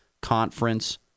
conference